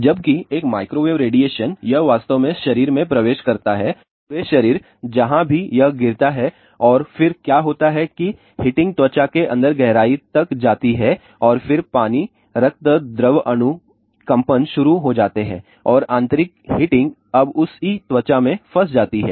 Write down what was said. जबकि एक microwave radiation यह वास्तव में शरीर में प्रवेश करता है पूरे शरीर जहां भी यह गिरता है और फिर क्या होता है कि हीटिंग त्वचा के अंदर गहराई तक जाती है और फिर पानी रक्त द्रव अणु कंपन शुरू हो जाते हैं और आंतरिक हीटिंग अब उसी त्वचा से फंस जाती है